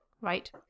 right